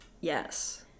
Yes